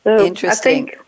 Interesting